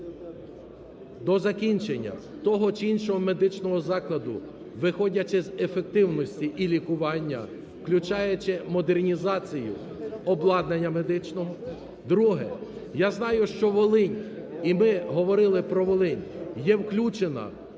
до закінчення того чи іншого медичного закладу, виходячи з ефективності і лікування, включаючи модернізацію обладнання медичного. Друге. Я знаю, що Волинь, і ми говорили про Волинь, є включена для